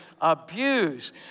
abuse